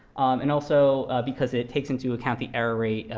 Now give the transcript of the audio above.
and also, because it takes into account the error rate,